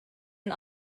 and